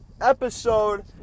episode